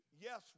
yes